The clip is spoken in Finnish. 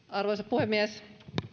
arvoisa puhemies